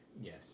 Yes